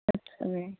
ਅੱਛਾ ਜੀ